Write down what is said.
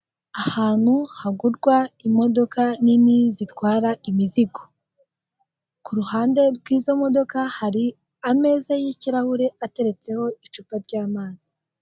Ahantu hagurwa imodoka nini zitwara imizigo ku ruhande rw'izo modoka hari ameza y'ikirahure ateretseho icupa ry'amazi.